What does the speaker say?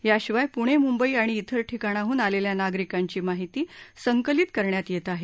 याशिवाय प्णे मुंबई आणि इतर ठिकाणाहून आलेल्या नागरिकांची माहिती संकलित करण्यात येते आहे